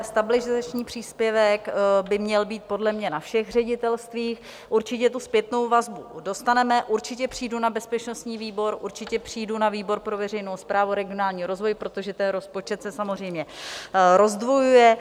Stabilizační příspěvek by měl být podle mě na všech ředitelstvích, určitě tu zpětnou vazbu dostaneme, určitě přijdu na bezpečnostní výbor, určitě přijdu na výbor pro veřejnou správu a regionální rozvoj, protože ten rozpočet se samozřejmě rozdvojuje.